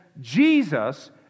Jesus